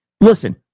Listen